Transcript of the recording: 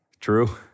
True